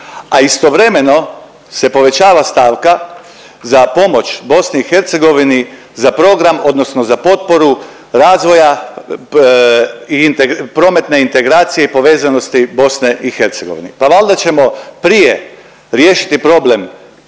a istovremeno se povećava stavka za pomoć BiH za program odnosno za potporu Razvoja prometne integracije i povezanosti BiH. Pa valda ćemo prije riješiti problem povezanosti